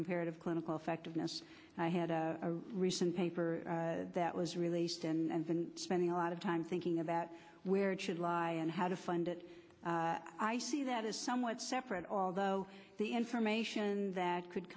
comparative clinical effectiveness and i had a recent paper that was released and been spending a lot of time thinking about where it should lie and how to fund it i see that is somewhat separate although the information that could